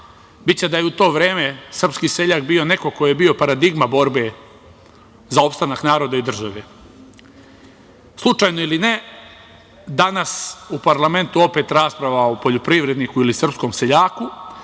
Biće da je u to vreme srpski seljak bio neko ko je bio paradigma borbe za opstanak naroda i države. Slučajno ili ne, danas u parlamentu opet rasprava o poljoprivredniku ili srpskom seljaku,